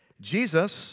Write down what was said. Jesus